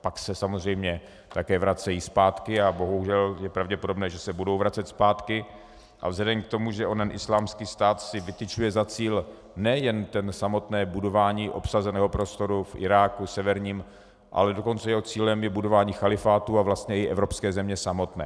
Pak se samozřejmě také vracejí zpátky a bohužel je pravděpodobné, že se budou vracet zpátky, a vzhledem k tomu, že onen Islámský stát si vytyčuje za cíl nejen samotné budování obsazeného prostoru v severním Iráku, ale dokonce jeho cílem je budování chalífátu a vlastně i evropské země samotné.